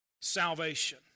salvation